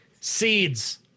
seeds